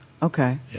Okay